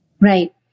Right